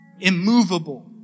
immovable